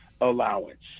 allowance